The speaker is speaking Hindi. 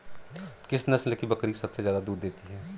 किस नस्ल की बकरी सबसे ज्यादा दूध देती है?